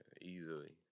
easily